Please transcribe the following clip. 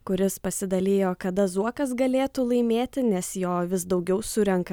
kuris pasidalijo kada zuokas galėtų laimėti nes jo vis daugiau surenka